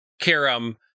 Kiram